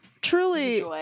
truly